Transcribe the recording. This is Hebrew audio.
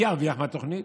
מי ירוויח מהתוכנית?